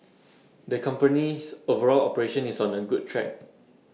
the company's overall operation is on A good track